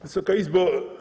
Wysoka Izbo!